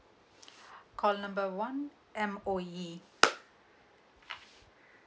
call number one M_O_E